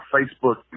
Facebook